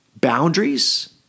boundaries